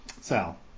Sal